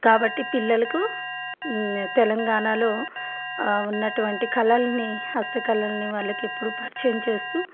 కాబట్టి పిల్లలకు తెలంగాణలో ఉన్నటువంటి కళల్ని హస్త కళల్ని వాళ్ళకి ఎప్పుడూ పరిచయం చేస్తూ